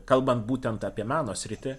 kalbant būtent apie meno sritį